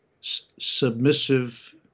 submissive